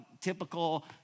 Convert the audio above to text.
typical